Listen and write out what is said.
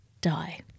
die